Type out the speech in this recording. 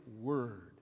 word